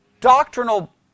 doctrinal